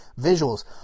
visuals